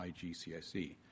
IGCSE